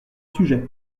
sujets